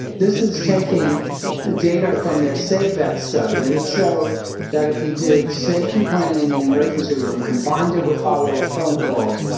this is taking data from their safe vet study, which showed that if you did safety planning in the emergency room, combined it with follow up phone calls,